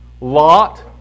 Lot